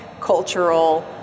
cultural